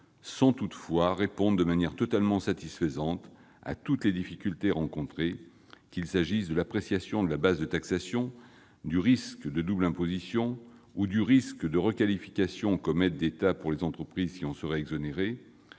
toutefois pas de manière totalement satisfaisante à tous les problèmes rencontrés, qu'il s'agisse de l'appréciation de la base de taxation, du risque de double imposition ou de requalification comme aide d'État pour les entreprises qui en seraient exonérées,